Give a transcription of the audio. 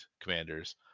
commanders